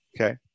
Okay